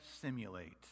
simulate